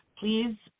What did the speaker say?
please